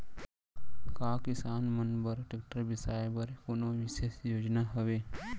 का किसान मन बर ट्रैक्टर बिसाय बर कोनो बिशेष योजना हवे?